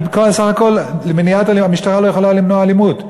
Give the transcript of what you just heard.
כי בסך הכול המשטרה לא יכולה למנוע אלימות.